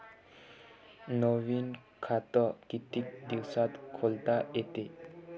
नवीन खात कितीक दिसात खोलता येते?